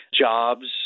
jobs